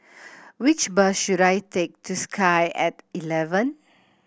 which bus should I take to Sky At Eleven